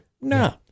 No